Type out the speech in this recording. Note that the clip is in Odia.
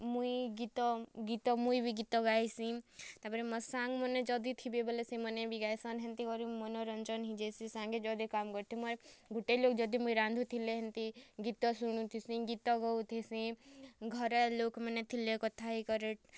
ମୁଇଁ ଗୀତ ଗୀତ ମୁଇଁ ବି ଗୀତ ଗାଏସି ତା'ପରେ ମୋର ସାଙ୍ଗ୍ମାନେ ଯଦି ଥିବେ ବୋଲେ ସେମାନେ ବି ଗାଏସନ୍ ହେମିତି କରି ମନୋରଞ୍ଜନ ହେଇ ଯାଏସି ସାଙ୍ଗ୍ ଯଦି କାମ୍ କରୁଥିବେ ଆରୁ ଗୁଟେ ଲୋକ ଯଦି ମୁଇଁ ରାନ୍ଧୁଥିଲେ ହେନ୍ତି ଗୀତ ଶୁଣୁଥିସିଁ ଗୀତ ଗାଉଥିସିଁ ଘରେ ଲୋକମାନେ ଥିଲେ କଥା ହେଇ କରି